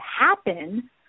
happen